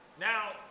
Now